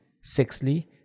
sixthly